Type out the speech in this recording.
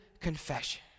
confession